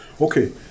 Okay